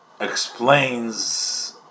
explains